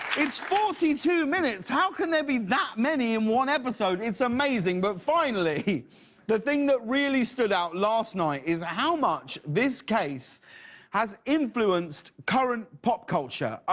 it's forty two minutes. how can there be that many in one episode. it's amazing. but finally the thing that really stood out last night is ah how much this case has influenced current pop culture.